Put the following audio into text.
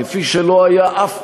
כפי שלא היה אף פעם,